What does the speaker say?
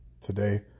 Today